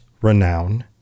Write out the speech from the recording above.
renown